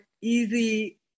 easy